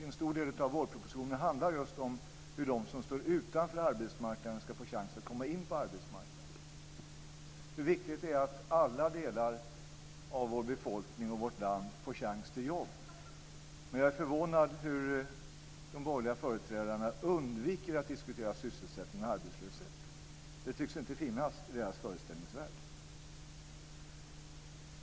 En stor del av vårpropositionen handlar just om hur de som står utanför arbetsmarknaden ska få chans att komma in på arbetsmarknaden och hur viktigt det är att alla delar av vår befolkning och vårt land får chans till jobb. Jag är förvånad över att de borgerliga företrädarna undviker att diskutera sysselsättning och arbetslöshet. Det tycks inte finnas i deras föreställningsvärld.